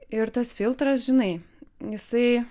ir tas filtras žinai jisai